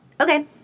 Okay